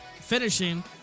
finishing